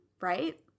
right